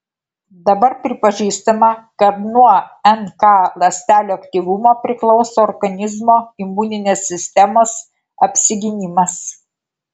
dabar pripažįstama kad nuo nk ląstelių aktyvumo priklauso organizmo imuninės sistemos apsigynimas